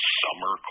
summer